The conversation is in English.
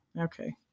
okay